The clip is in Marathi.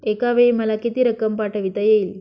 एकावेळी मला किती रक्कम पाठविता येईल?